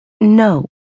No